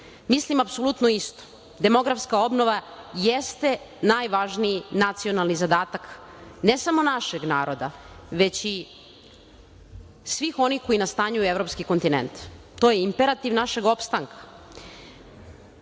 Mislim apsolutno isto. Demografska obnova jeste najvažniji nacionalni zadatak, ne samo našeg naroda, već i svih onih koji nastanjuju evropski kontinent. To je imperativ našeg opstanka. Takođe,